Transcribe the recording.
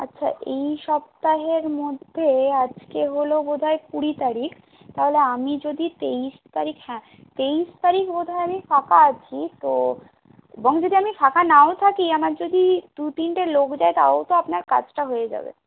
আচ্ছা এই সপ্তাহের মধ্যে আজকে হল বোধহয় কুড়ি তারিখ তাহলে আমি যদি তেইশ তারিখ হ্যাঁ তেইশ তারিখ বোধহয় আমি ফাঁকা আছি তো এবং যদি আমি ফাঁকা নাও থাকি আমার যদি দু তিনটে লোক যায় তাও তো আপনার কাজটা হয়ে যাবে